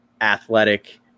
athletic